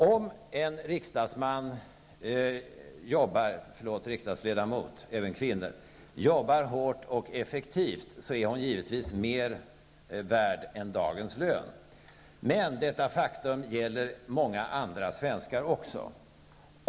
Om en riksdagsledamot jobbar hårt och effektivt är hon givetvis mer värd än dagens lön. Men detta faktum gäller många andra svenskar också.